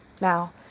Now